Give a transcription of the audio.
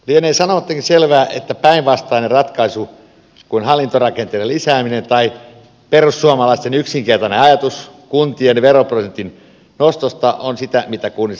lienee sanomattakin selvää että päinvastainen ratkaisu kuin hallintorakenteiden lisääminen tai perussuomalaisten yksinkertainen ajatus kuntien veroprosentin nostosta on sitä mitä kunnissa tarvitaan